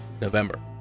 november